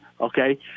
okay